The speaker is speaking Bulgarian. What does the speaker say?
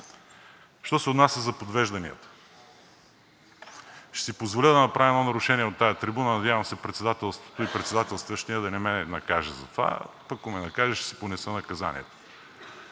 Що се отнася за подвежданията – ще си позволя да направя едно нарушение от тази трибуна, надявам се председателстващият да не накаже за това, пък ако ме накаже, ще си понеса наказанието.